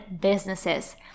businesses